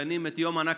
מציינים את יום הנכבה.